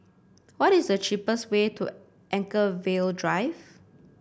what is the cheapest way to Anchorvale Drive